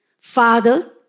Father